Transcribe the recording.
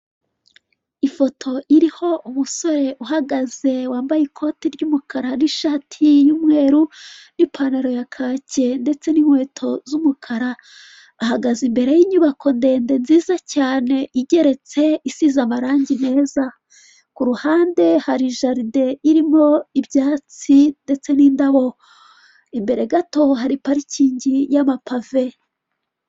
Ifoto iriho umusore uhagaze, wambaye ikoti ry'umukara n'ishati y'umweru n'ipantaro ya kake ndetse n'inkweto z'umukara, ahagaze imbere y'inyubako ndende nziza cyane, igeretse, isize amarangi meza, ku ruhande hari jaride irimo ibyatsi ndetse n'indabo, imbere gato hari parikingi y'amapave.